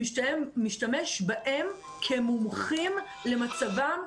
שמשתמש בהם כמומחים למצבם.